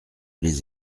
les